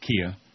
Kia